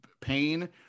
pain